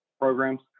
programs